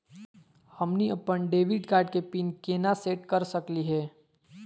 हमनी अपन debit card के पीन केना सेट कर सकली हे?